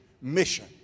mission